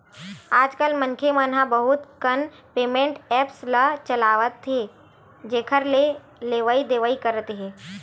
आजकल मनखे मन ह बहुत कन पेमेंट ऐप्स ल चलाथे जेखर ले लेवइ देवइ करत हे